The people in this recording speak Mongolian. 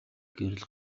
гэрэл